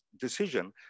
decision